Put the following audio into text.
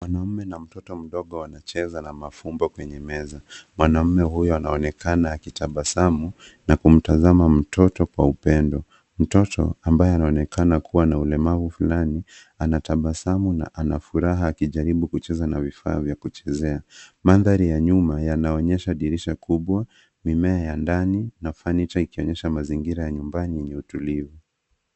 Mwanaume na mtoto mdogo wanacheza na mafumbo kwenye meza, mwanaume huyu anaonekana akitabasamu na kumtazama mtoto kwa upendo ,mtoto ambaye anaonekana kuwa na ulemavu fulani anatabasamu na ana furaha akijaribu kucheza na vifaa vya kuchezea, mandhari ya nyuma yanaonyesha dirisha kubwa ,mimea ya ndani na kufanya hicho ikionyesha mazingira ya nyumbani yenye utulivu.